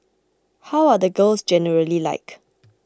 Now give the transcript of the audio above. how are the girls generally like